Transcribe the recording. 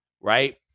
right